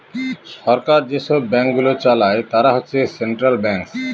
সরকার যেসব ব্যাঙ্কগুলো চালায় তারা হচ্ছে সেন্ট্রাল ব্যাঙ্কস